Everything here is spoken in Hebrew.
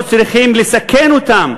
לא צריכים לסכן אותם,